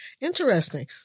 Interesting